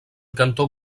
cantó